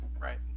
Right